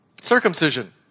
Circumcision